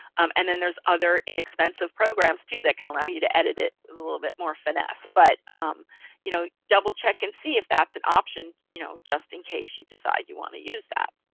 um and then there's other inexpensive programs, too, that can allow you to edit it with a little bit more finesse. but um you know double check and see if that's an option you know just in case you decide you want to use that.